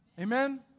Amen